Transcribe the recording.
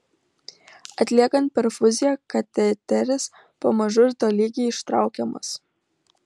atliekant perfuziją kateteris pamažu ir tolygiai ištraukiamas